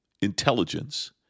intelligence